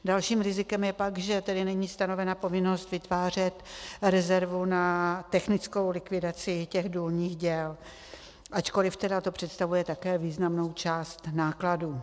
Dalším rizikem je pak, že tedy není stanovena povinnost vytvářet rezervu na technickou likvidaci důlních děl, ačkoliv to představuje také významnou část nákladů.